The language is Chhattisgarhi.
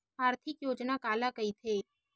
आर्थिक योजना काला कइथे?